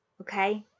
Okay